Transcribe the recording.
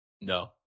No